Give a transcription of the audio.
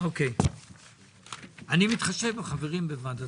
אני מתחשב בחברים בוועדת